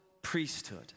priesthood